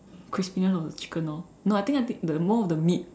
crispiness of the chicken orh no I think I think the more the meat